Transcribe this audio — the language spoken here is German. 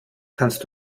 kannst